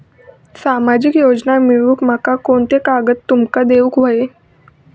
सामाजिक योजना मिलवूक माका कोनते कागद तुमका देऊक व्हये?